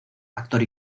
actor